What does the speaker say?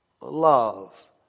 love